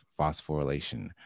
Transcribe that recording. phosphorylation